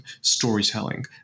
storytelling